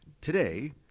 today